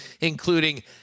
including